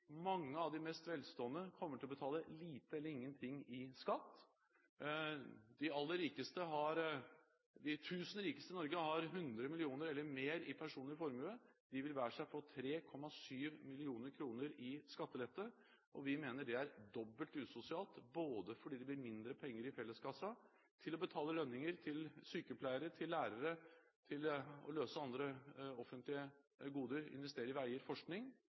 mange av de mest velstående til å betale lite eller ingen ting i skatt. De tusen rikeste i Norge har 100 mill. kr eller mer i personlig formue. De vil hver seg få 3,7 mill. kr i skattelette, og vi mener det er dobbelt usosialt både fordi det blir mindre penger i felleskassen til å betale lønninger til sykepleiere og til lærere, til andre offentlige goder, til å investere i veier, forskning,